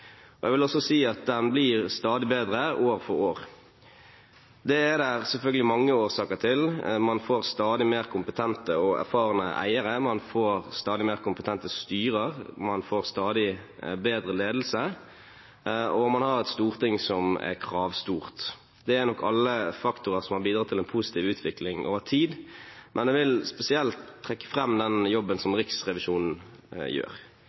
Jeg vil også si at den blir stadig bedre – år for år. Det er det selvfølgelig mange årsaker til. Man får stadig mer kompetente og erfarne eiere, man får stadig mer kompetente styrer, man får stadig bedre ledelse, og man har et storting som er kravstort. De er nok alle faktorer som har bidratt til en positiv utvikling over tid, men jeg vil spesielt trekke fram den jobben som Riksrevisjonen gjør.